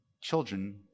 children